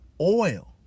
oil